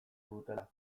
dutela